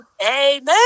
Amen